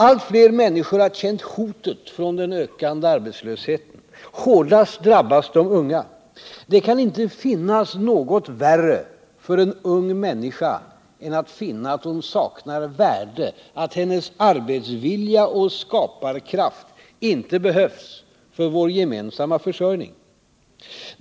Allt fler människor har känt hotet från den ökande arbetslösheten. Hårdast drabbas de unga. Det kan inte finnas något värre för en ung människa än att finna att hon saknar värde, att hennes arbetsvilja och skaparkraft inte behövs för vår gemensamma försörjning.